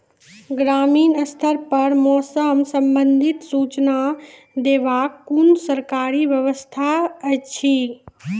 ग्रामीण स्तर पर मौसम संबंधित सूचना देवाक कुनू सरकारी व्यवस्था ऐछि?